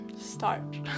start